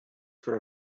for